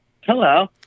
Hello